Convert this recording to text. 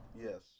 Yes